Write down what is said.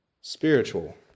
Spiritual